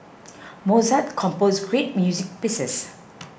Mozart composed great music pieces